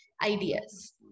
ideas